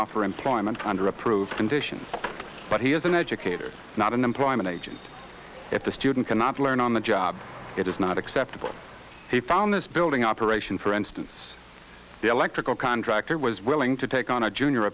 offer employment under approved conditions but he is an educator not an employment agent if the student cannot learn on the job it is not acceptable he found this building operation for instance the electrical contractor was willing to take on a junior